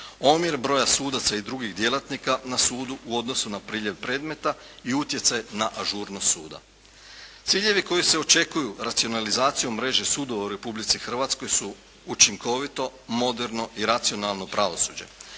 omjer broja sudaca i drugih djelatnika na sudu u odnosu na priljev predmeta i utjecaj na ažurnost suda. Ciljevi koji se očekuju racionalizacijom mreže sudova u Republici Hrvatskoj su učinkovito, moderno i racionalno pravosuđe,